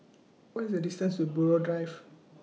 What IS The distance to Buroh Drive